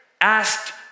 asked